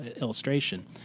illustration